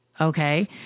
Okay